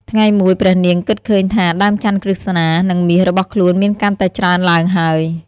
ថ្ងៃមួយព្រះនាងគិតឃើញថា ដើមចន្ទន៍ក្រស្នា និង មាសរបស់ខ្លួនមានកាន់តែច្រើនឡើងហើយ ។